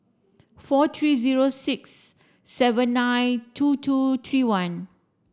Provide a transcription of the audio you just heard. four three zero six seven nine two two three one